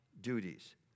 duties